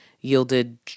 yielded